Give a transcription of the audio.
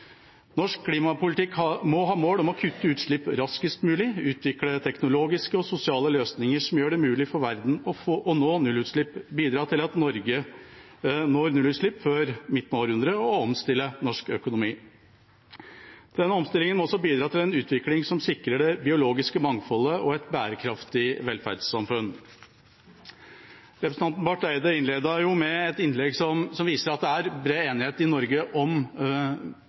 Norsk klimapolitikk må ha mål om å kutte utslipp raskest mulig, utvikle teknologiske og sosiale løsninger som gjør det mulig for verden å nå nullutslipp, bidra til at Norge når nullutslipp før midten av århundret, og omstille norsk økonomi. Denne omstillingen må også bidra til en utvikling som sikrer det biologiske mangfoldet og et bærekraftig velferdssamfunn. Representanten Barth Eide innledet med et innlegg som viser at det er bred enighet i Norge om